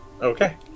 Okay